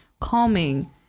calming